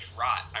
rot